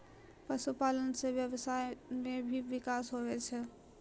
पशुपालन से व्यबसाय मे भी बिकास हुवै छै